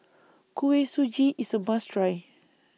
Kuih Suji IS A must Try